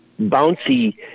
bouncy